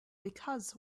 because